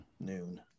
noon